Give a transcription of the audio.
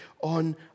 on